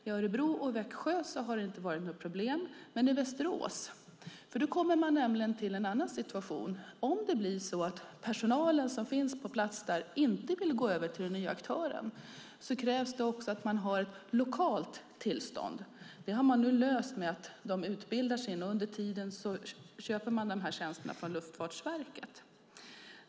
I Örebro och Växjö har det inte varit något problem, men i Västerås, och då kommer man till en annan situation. Om personalen på plats inte vill gå över till den nya aktören krävs det att man har ett lokalt tillstånd. Det har man nu löst med att de utbildar sig. Under tiden köper man den här tjänsten av Luftfartsverket.